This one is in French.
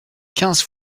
quinze